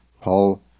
Paul